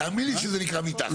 תאמין לי שזה נקרא מתחת.